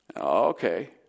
Okay